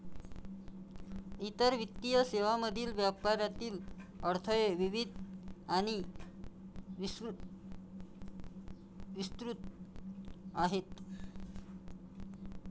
इतर वित्तीय सेवांमधील व्यापारातील अडथळे विविध आणि विस्तृत आहेत